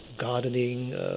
gardening